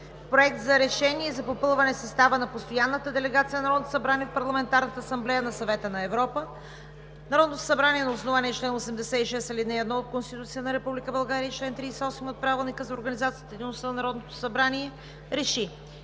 „Проект! РЕШЕНИЕ за попълване състава на Постоянната делегация на Народното събрание в Парламентарната асамблея на Съвета на Европа Народното събрание на основание чл. 86, ал. 1 от Конституцията на Република България и чл. 38 от Правилника за организацията и дейността на Народното събрание РЕШИ: